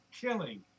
killing